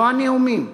לא הנאומים,